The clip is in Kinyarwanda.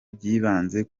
byibanze